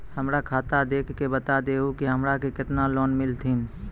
हमरा खाता देख के बता देहु के हमरा के केतना लोन मिलथिन?